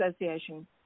Association